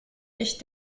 ich